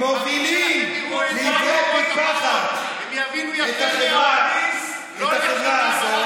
ומובילים לעברי פי פחת את החברה הזאת.